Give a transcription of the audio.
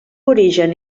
origen